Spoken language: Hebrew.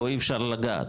בו אי אפשר לגעת,